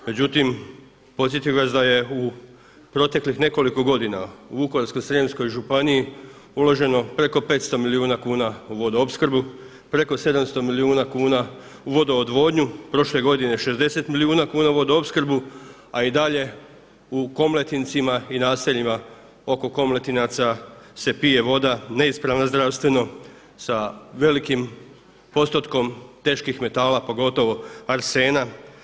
Međutim, podsjetio bih vas da je u proteklih nekoliko godina u Vukovarsko-srijemskoj županiji uloženo preko 500 milijuna kuna u vodoopskrbu, preko 700 milijuna kuna u vodoodvodnju, prošle godine 60 milijuna kuna u vodoopskrbu, a i dalje u Komletincima i naseljima oko Komletinaca se pije voda neispravna zdravstveno sa velikim postotkom teških metala, pogotovo arsena.